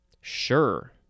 Sure